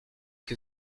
que